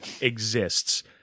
exists